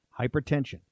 Hypertension